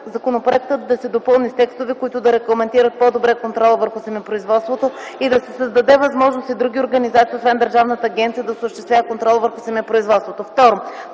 Законопроектът да се допълни с текстове, които да регламентират по-добре контрола върху семепроизводството и да се създаде възможност и други организации, освен държавната агенция, да осъществяват контрол върху семепроизводството.